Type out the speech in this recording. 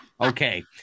Okay